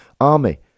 army